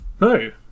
No